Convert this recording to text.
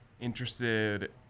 interested